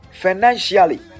financially